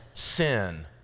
Sin